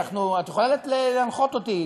את יכולה להנחות אותי,